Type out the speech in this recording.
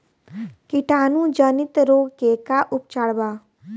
कीटाणु जनित रोग के का उपचार बा?